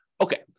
Okay